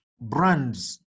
brands